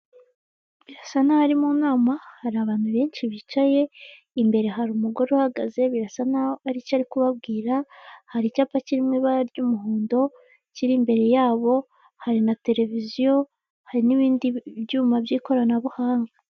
Birasa n'aho ari mu nama hari abantu benshi bicaye imbere hari umugore uhagaze birasa n'aho ari icyo ari kubabwira, hari icyapa kiri mu ibara ry'umuhondo kiri imbere yabo, hari na televiziyo, hari n'ibindi byuma by'ikoranabuhanga.